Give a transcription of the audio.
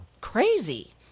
crazy